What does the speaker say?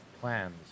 plans